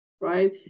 right